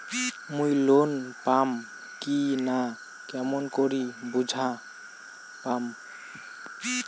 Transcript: মুই লোন পাম কি না কেমন করি বুঝা পাম?